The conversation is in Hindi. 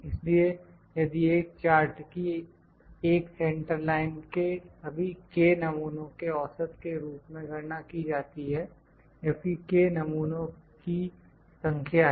इसलिए यदि एक चार्ट की एक सेंटर लाइन के सभी k नमूनों के औसत के रूप में गणना की जाती है जबकि k नमूनों की संख्या है